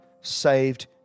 saved